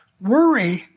Worry